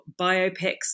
biopics